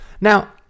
Now